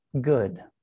good